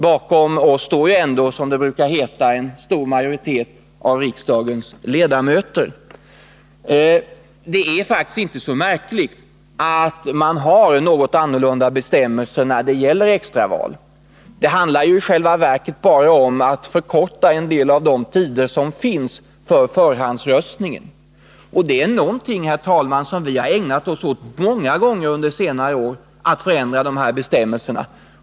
Bakom oss står ändå, som det brukar heta, en stor majoritet av riksdagens ledamöter. Det är faktiskt inte så märkligt att man har något annorlunda bestämmelser när det gäller extra val. Det handlar ju i själva verket bara om att förkorta en del av tiderna vid förhandsröstning. Vi har många gånger under senare år ägnat oss åt frågan om att förändra dessa bestämmelser.